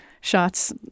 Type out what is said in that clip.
shots